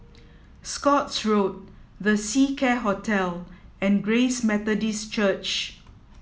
Scotts Road The Seacare Hotel and Grace Methodist Church